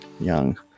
young